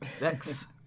Next